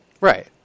Right